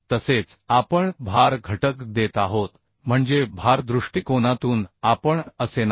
तसेच आपण भार घटक देत आहोत म्हणजे भार दृष्टिकोनातून आपण असे नाही